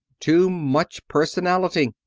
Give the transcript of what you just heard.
too much personality.